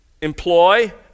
employ